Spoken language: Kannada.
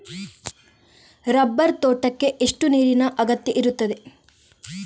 ರಬ್ಬರ್ ತೋಟಕ್ಕೆ ಎಷ್ಟು ನೀರಿನ ಅಗತ್ಯ ಇರುತ್ತದೆ?